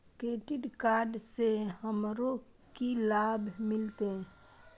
Credit card से हमरो की लाभ मिलते?